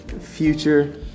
future